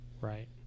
Right